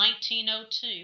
1902